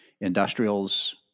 industrials